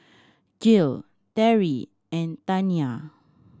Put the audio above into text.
Gil Terrie and Taniyah